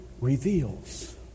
reveals